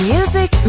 Music